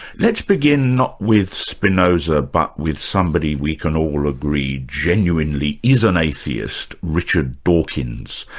let's begin, not with spinoza but with somebody we can all agree genuinely is an atheist, richard dawkins.